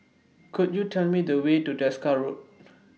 Could YOU Tell Me The Way to Desker Road